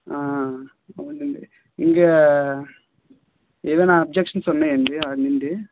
అవునండి ఇంకా ఏదైనా అబ్జెక్షన్స్ ఉన్నాయండి వాడి నుండి